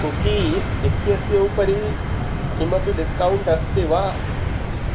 cookies इत्यस्य उपरि किमपि डिस्कौण्ट् अस्ति वा